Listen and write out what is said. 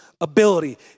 ability